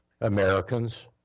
Americans